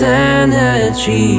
energy